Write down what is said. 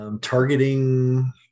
Targeting